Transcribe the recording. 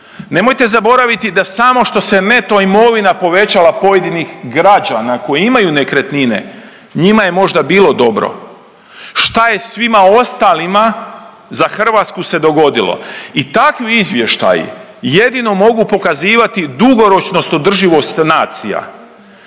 Nemojte zaboraviti da samo što se neto imovina povećala pojedinih građana koji imaju nekretnine, njima je možda bilo dobro, šta je svima ostalima za Hrvatsku se dogodilo i takvi izvještaji jedino mogu pokazivati dugoročnost održivost nacija